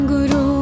Guru